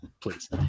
please